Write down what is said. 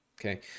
okay